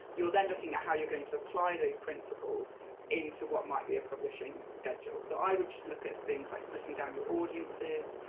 you're then looking at how you're going to apply those principles into what might be a publishing schedule. so i would just look at things like splitting down your audiences,